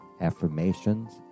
affirmations